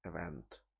event